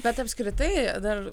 bet apskritai dar